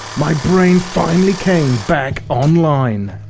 my brain finally came back online.